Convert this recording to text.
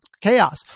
chaos